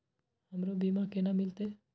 हमरो बीमा केना मिलते?